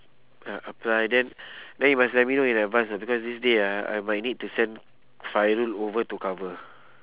ya apply then then you must let me know in advance know because this day ah I might need to send fairul over to cover